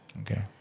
Okay